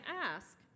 ask